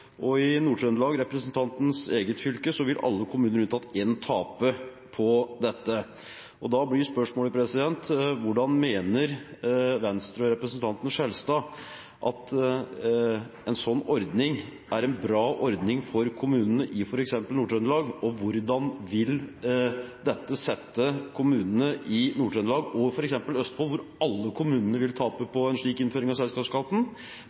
i Nord-Trøndelag – representantens eget fylke – vil alle kommuner, unntatt én, tape på dette. Da blir spørsmålet: Hvordan mener Venstre og representanten Skjelstad at en sånn ordning er en bra ordning for kommunene, i f.eks. Nord-Trøndelag? Og: Hvordan vil dette sette kommunene i Nord-Trøndelag – og f.eks. Østfold, hvor alle kommunene vil tape på en slik innføring av selskapsskatten